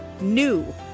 NEW